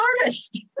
artist